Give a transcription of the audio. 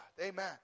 amen